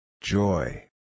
Joy